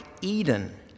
Eden